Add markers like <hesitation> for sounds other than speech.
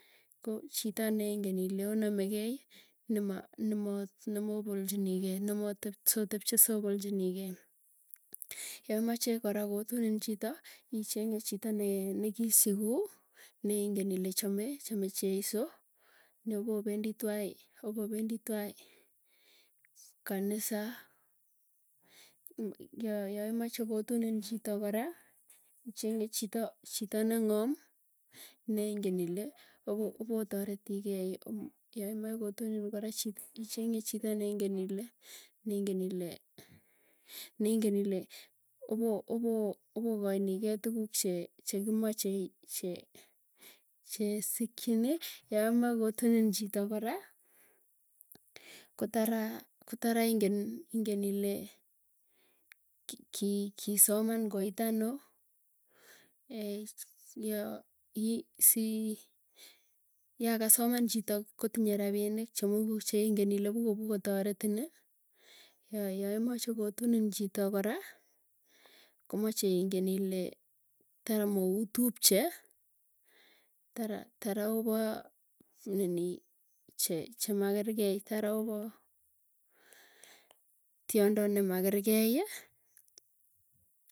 Ko chito neingin ile onamekei nema nemo nemopolchinikei, nemotep sotepchei sopolchinigei. Yamache kora kotunin chito icheng'e chito ne ne kisiku, neingen ile chame, chame cheiso, nepopendi twai, opopendi twai kanisa, ya yaimache kotunin chito kora icheng'e chito. Chito neng'om nengen ile opo opotaretikei yaimae kotunin kora chito icheng'e chito neingen ile, neingen ile neingen ile opo opo opo kainikei tuguuk che chekimachei che chesikchini. Yamae kotunin chito kora kotara kotara inge ingen ile, ki kii soman koit anoo. <hesitation> yo yi si yakasoman chito kotinye rapinik, chemuku cheingen ile puko puko taretini, yo yoimache kotunin chito kora komache ingen ile tara mautupche tara tara opa nini che chemakergei. Tara opa tiondo nemakerkeiyi.